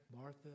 Martha